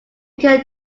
can